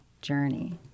journey